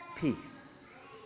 Peace